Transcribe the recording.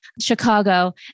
Chicago